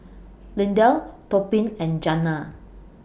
Lindell Tobin and Janna